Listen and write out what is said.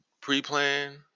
pre-plan